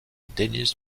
dennis